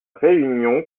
réunion